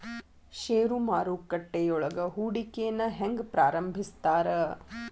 ಷೇರು ಮಾರುಕಟ್ಟೆಯೊಳಗ ಹೂಡಿಕೆನ ಹೆಂಗ ಪ್ರಾರಂಭಿಸ್ತಾರ